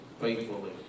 faithfully